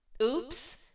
Oops